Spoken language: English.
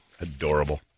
Adorable